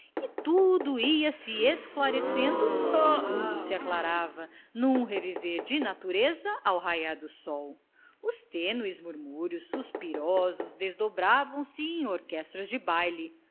tudo se ia esclarecendo e tudo se aclarava num reviver de natureza ao raiar do sol os tênues murmúrios suspirosos desdobravam se em orquestra de baile